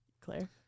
Claire